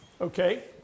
Okay